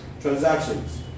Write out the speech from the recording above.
transactions